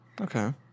okay